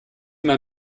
mal